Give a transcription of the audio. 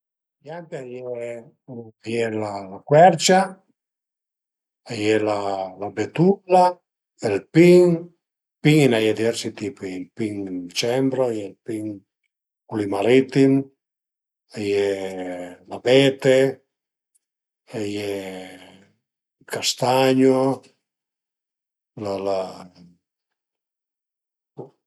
Piante a ie, a ie la cuercia, a ie la betulla, ël pin, pin a i n'a ie dë diversi tipi, ël pin cembro, a ie ël pin culi maritim, a ie l'abete, a ie ël castagno, la la bo